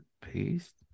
paste